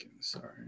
Sorry